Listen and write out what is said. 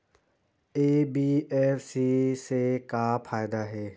NBFC से का फ़ायदा हे?